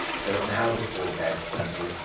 so an hour before bed, certainly,